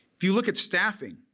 if you look at staffing,